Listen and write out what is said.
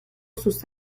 sus